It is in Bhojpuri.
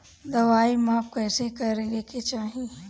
दवाई माप कैसे करेके चाही?